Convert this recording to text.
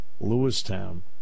Lewistown